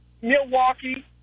Milwaukee